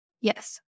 Yes